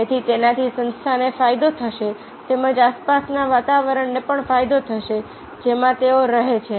તેથી તેનાથી સંસ્થાને ફાયદો થશે તેમજ આસપાસના વાતાવરણને પણ ફાયદો થશે જેમાં તેઓ રહે છે